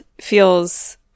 feels